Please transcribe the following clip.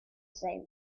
same